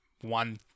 one